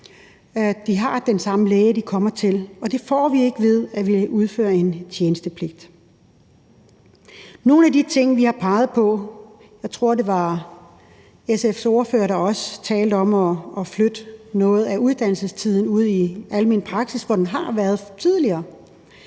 de har den samme læge, som de kommer til. Og det får vi ikke, ved at vi indfører en tjenestepligt. Nogle af de ting, vi har peget på – jeg tror, det var SF's ordfører, der også talte om det – er at flytte noget af uddannelsestiden ud i almen praksis, hvor den har været tidligere,